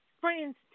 friends